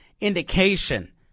indication